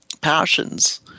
passions